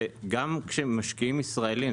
שגם כשמשקיעים ישראלים,